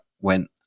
went